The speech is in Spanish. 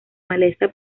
maleza